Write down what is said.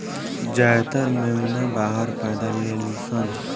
ज्यादातर मेमना बाहर पैदा लेलसन